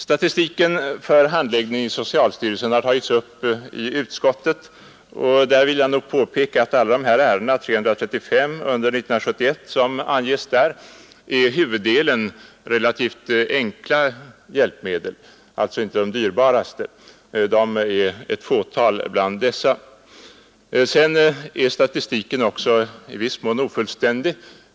Statistik för handläggningen i socialstyrelsen har tagits upp i utskottet. Jag vill påpeka att i alla de ärenden, 335 under år 1971, som anges där, gäller huvuddelen relativt enkla hjälpmedel — inte de dyrbaraste. De är ett fåtal bland dessa. Statistiken är också i viss mån ofullständig.